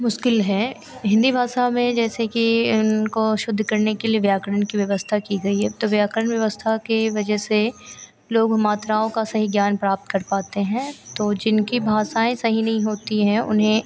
मुश्किल है हिन्दी भाषा में जैसे कि उनको शुद्ध करने के लिए व्याकरण की व्यवस्था की गई है तो व्याकरण व्यवस्था की वज़ह से लोग मात्राओं का सही ज्ञान प्राप्त कर पाते हैं तो जिनकी भाषाएँ सही नहीं होती हैं उन्हें